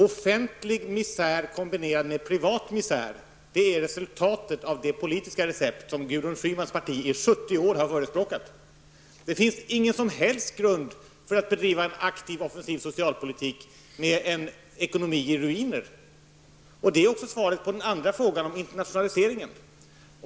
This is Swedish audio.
Offentlig misär kombinerad med privat misär blir resultatet av det politiska recept som Gudrun Schymans parti har förespråkat i 70 år. Det finns ingen grund för att bedriva en aktiv offensiv socialpolitik med en ekonomi i ruiner. Det är också svaret på den andra frågan om internationaliseringen.